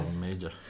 major